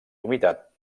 humitat